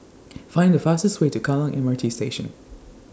Find The fastest Way to Kallang M R T Station